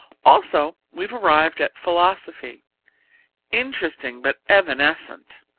also we've arrived at philosophy interesting but evanescent.